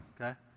okay